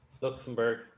Luxembourg